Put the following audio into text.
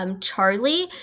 Charlie